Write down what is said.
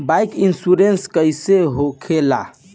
Bike insurance कैसे होखे ला?